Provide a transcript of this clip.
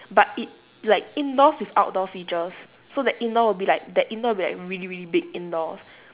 but it like indoors with outdoor features so the indoor will be like the indoor will be like really really big indoors